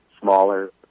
smaller